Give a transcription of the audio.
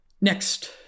Next